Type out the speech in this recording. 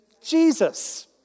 Jesus